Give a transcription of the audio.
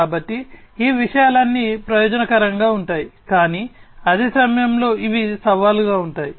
కాబట్టి ఈ విషయాలన్నీ ప్రయోజనకరంగా ఉంటాయి కానీ అదే సమయంలో ఇవి సవాలుగా ఉంటాయి